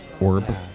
orb